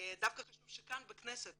דווקא חשוב שכאן בכנסת